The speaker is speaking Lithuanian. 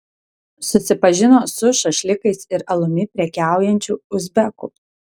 susipažino su šašlykais ir alumi prekiaujančiu uzbeku